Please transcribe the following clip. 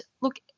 look